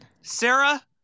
Sarah